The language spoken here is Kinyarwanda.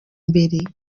mbere